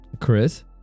Chris